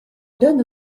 donnent